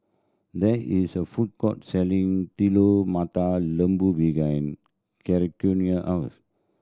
there is a food court selling Telur Mata Lembu behind house